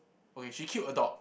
okay she killed a dog